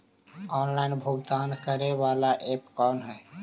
Online भुगतान करे बाला ऐप कौन है?